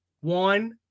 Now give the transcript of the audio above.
one